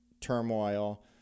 turmoil